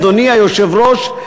אדוני היושב-ראש,